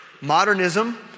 modernism